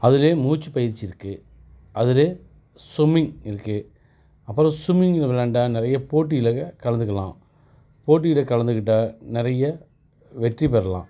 அதுலேயே மூச்சு பயிற்சி இருக்குது அதுலேயே ஸ்விமிங் இருக்குது அப்புறம் ஸ்விமிங் விளையாண்டால் நிறைய போட்டியில் கலந்துக்கலாம் போட்டியில் கலந்துக்கிட்டால் நிறைய வெற்றி பெறலாம்